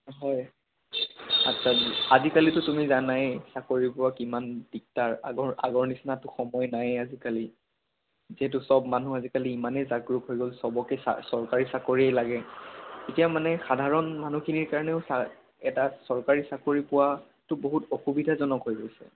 হয় আচ্ছা আজিকালিটো তুমি জানাই চাকৰি পোৱা কিমান দিগদাৰ আগৰ আগৰ নিচিনাটো সময় নায়েই আজিকালি যিহেতু সব মানুহ আজিকালি ইমানেই জাগ্ৰত হৈ গ'ল সবকে চৰকাৰী চাকৰিয়েই লাগে এতিয়া মানে সাধাৰণ মানুহখিনিৰ কাৰণেও এটা চৰকাৰী চাকৰি পোৱাটো বহুত অসুবিধাজনক হৈ গৈছে